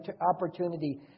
opportunity